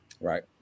right